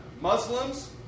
Muslims